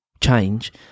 change